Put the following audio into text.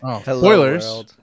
spoilers